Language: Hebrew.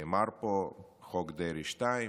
נאמר פה, חוק דרעי 2,